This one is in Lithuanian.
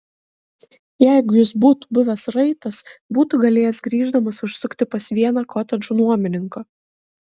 jeigu jis būtų buvęs raitas būtų galėjęs grįždamas užsukti pas vieną kotedžų nuomininką